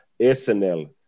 SNL